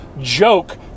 joke